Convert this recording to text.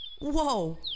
Whoa